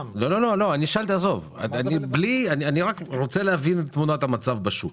--- אני רוצה להבין את תמונת המצב בשוק.